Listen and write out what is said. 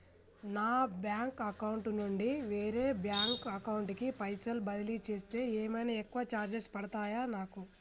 నా bank account నుండి వేరే బ్యాంక్ అకౌంట్ కి పైసల్ బదిలీ చేస్తే ఏమైనా ఎక్కువ చార్జెస్ పడ్తయా నాకు?